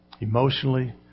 emotionally